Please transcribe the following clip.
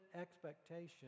expectation